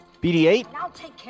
BD8